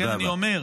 לכן אני אומר,